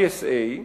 PSA,